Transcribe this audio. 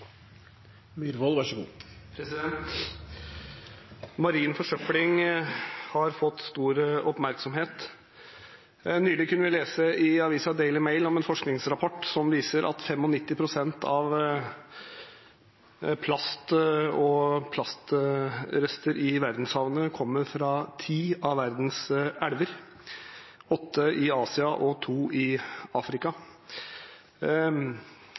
Marin forsøpling har fått stor oppmerksomhet. Nylig kunne vi lese i avisen Daily Mail om en forskningsrapport som viser at 95 pst. av plast og plastrester i verdenshavene kommer fra ti av verdens elver – åtte i Asia og to i Afrika.